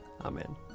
Amen